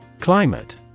Climate